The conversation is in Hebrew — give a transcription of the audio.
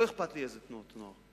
לא אכפת לי איזה תנועות נוער,